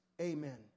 amen